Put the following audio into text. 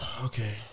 Okay